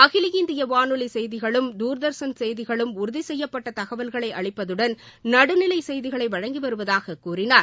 அகில இந்திய வானொலி செய்திகளும் தூர்தர்ஷன் செய்திகளும் உறுதிசெய்யப்பட்ட தகவல்களை அளிப்பதுடன் நடுநிலை செய்திகளை வழங்கி வருவதாக கூறினார்